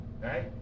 right